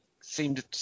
seemed –